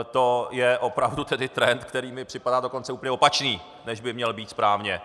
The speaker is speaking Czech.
To je opravdu trend, který mi připadá dokonce úplně opačný, než by měl být správně.